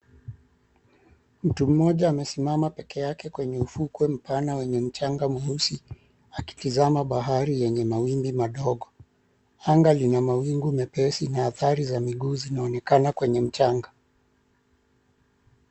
Mtu mmoja amesimama peke yake kwenye ufukue mpana wenye mchanga mweusi akitazama bahari yenye mawimbi madogo. Anga inaa mawingu mepesi na athari za miguu zinaonekana kwenye mchanga.